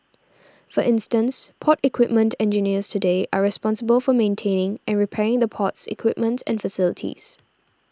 for instance port equipment engineers today are responsible for maintaining and repairing the port's equipment and facilities